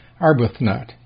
Arbuthnot